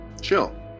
chill